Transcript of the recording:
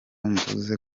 mvuze